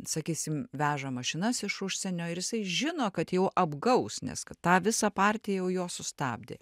sakysim veža mašinas iš užsienio ir jisai žino kad jau apgaus nes kad tą visą partiją jau jo sustabdė